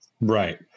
Right